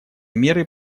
меры